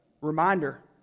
reminder